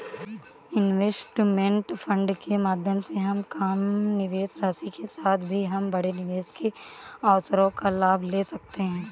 investment fund के माध्यम से हम कम निवेश राशि के साथ भी हम बड़े निवेश के अवसरों का लाभ ले सकते हैं